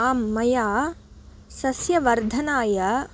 आम् मया सस्यवर्धनाय